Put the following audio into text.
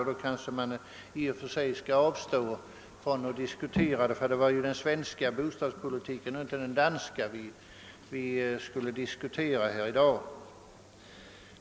Därför kanske man bör avstå från att diskutera ämnet; det är ju den svenska bostadspolitiken, och inte den danska, som vi skall diskutera här i dag.